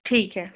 ठीक है